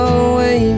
away